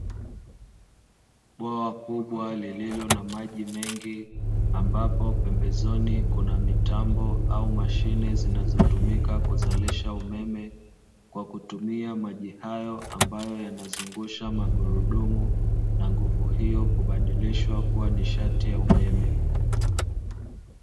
Bwawa kubwa lililo na maji mengi, ambapo pembezoni kuna mitambo au mashine zinazotumika kuzalisha umeme kwa kutumia maji hayo ambayo yanazungusha magorodomo na nguvu hiyo kubadilisha kuwa nishati ya umeme.